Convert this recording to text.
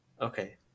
okay